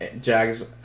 Jags